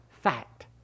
fact